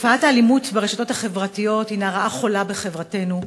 תופעת האלימות ברשתות החברתיות הנה רעה חולה בחברתנו.